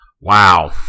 wow